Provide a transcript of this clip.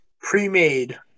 pre-made